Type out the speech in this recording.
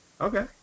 Okay